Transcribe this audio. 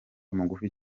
mugufi